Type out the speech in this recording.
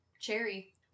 cherry